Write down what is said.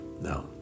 No